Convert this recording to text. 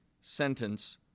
sentence